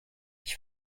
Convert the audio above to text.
ich